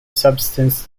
substance